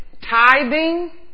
tithing